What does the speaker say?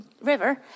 river